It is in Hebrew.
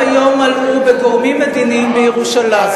היום מלאו בגורמים מדיניים בירושלים,